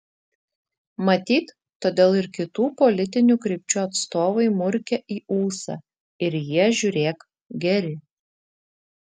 matyt todėl ir kitų politinių krypčių atstovai murkia į ūsą ir jie žiūrėk geri